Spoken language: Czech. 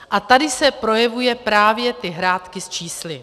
A tady se projevují právě ty hrátky s čísly.